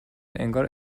انگار